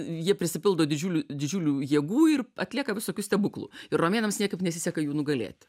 jie prisipildo didžiulių didžiulių jėgų ir atlieka visokių stebuklų ir romėnams niekaip nesiseka jų nugalėti